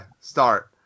start